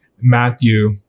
Matthew